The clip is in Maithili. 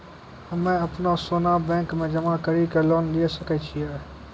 हम्मय अपनो सोना बैंक मे जमा कड़ी के लोन लिये सकय छियै?